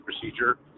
procedure